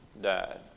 died